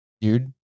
dude